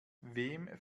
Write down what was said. wem